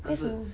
为什么